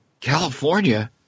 California